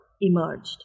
emerged